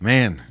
Man